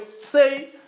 say